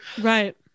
right